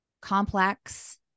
complex